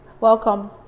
welcome